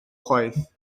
chwaith